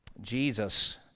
Jesus